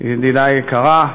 ידידה יקרה,